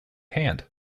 hand